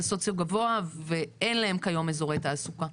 סוציו גבוה ואין להן כיום אזורי תעסוקה.